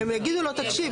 הם יגידו לו: תקשיב,